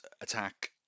attack